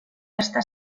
està